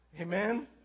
Amen